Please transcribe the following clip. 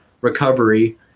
recovery